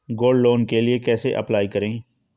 Gold loan के लिए कैसे अप्लाई करें?